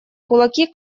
кулаки